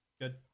Good